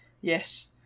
Yes